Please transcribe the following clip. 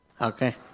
Okay